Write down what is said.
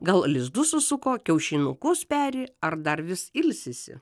gal lizdus susuko kiaušinukus peri ar dar vis ilsisi